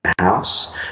house